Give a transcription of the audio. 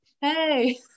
Hey